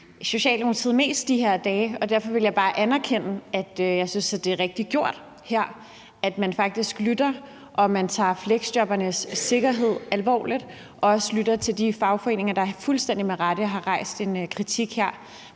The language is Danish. Socialdemokratiet mest i de her dage, og derfor vil jeg bare anerkende, at jeg synes, det er rigtigt gjort, at man faktisk lytter, og at man tager fleksjobbernes sikkerhed alvorligt, og at man faktisk også lytter til de fagforeninger, der fuldstændig med rette har rejst en kritik her